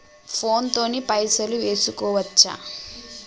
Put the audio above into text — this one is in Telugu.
ఫోన్ తోని పైసలు వేసుకోవచ్చా?